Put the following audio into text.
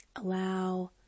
Allow